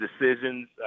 decisions